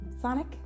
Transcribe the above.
Sonic